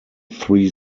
three